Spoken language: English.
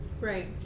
right